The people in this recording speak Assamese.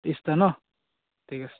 ত্ৰিছটা নহ্ ঠিক আছে